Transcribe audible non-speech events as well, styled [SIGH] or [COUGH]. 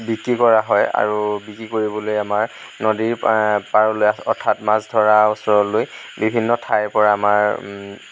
আমি বিক্ৰী কৰা হয় আৰু বিক্ৰী কৰিবলৈ আমাৰ নদীৰ [UNINTELLIGIBLE] পাৰলৈ অৰ্থাৎ মাছ ধৰাৰ ওচৰলৈ বিভিন্ন ঠাইৰ পৰা আমাৰ